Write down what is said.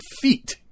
feet